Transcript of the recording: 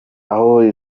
aho